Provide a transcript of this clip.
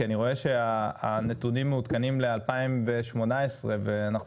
כי אני רואה שהנתונים מעודכנים ל-2018 ואנחנו